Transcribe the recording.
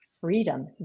freedom